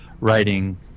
writing